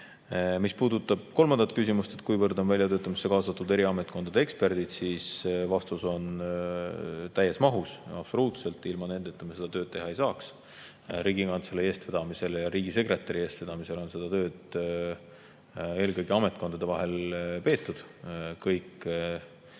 Mis puudutab kolmandat küsimust "Kuivõrd on väljatöötamisse kaasatud eri ametkondade eksperdid?", siis vastus on: täies mahus, absoluutselt, ilma nendeta me seda tööd teha ei saaks. Riigikantselei ja riigisekretäri eestvedamisel on seda [arutelu] eelkõige ametkondade vahel peetud. Kõik